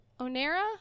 Onera